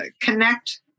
connect